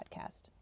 podcast